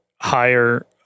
higher